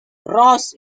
ross